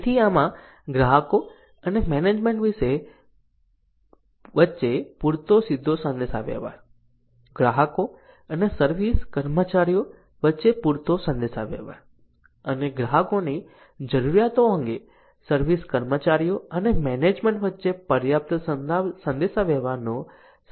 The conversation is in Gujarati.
તેથી આમાં ગ્રાહકો અને મેનેજમેન્ટ વચ્ચે પૂરતો સીધો સંદેશાવ્યવહાર ગ્રાહકો અને સર્વિસ કર્મચારીઓ વચ્ચે પૂરતો સંદેશાવ્યવહાર અને ગ્રાહકોની જરૂરિયાતો અંગે સર્વિસ કર્મચારીઓ અને મેનેજમેન્ટ વચ્ચે પર્યાપ્ત સંદેશાવ્યવહારનો સમાવેશ થાય છે